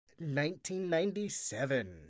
1997